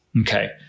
okay